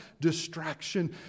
distraction